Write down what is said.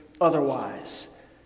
otherwise